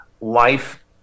life